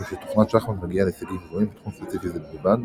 משום שתוכנת שחמט מגיעה להישגים גבוהים בתחום ספציפי זה בלבד,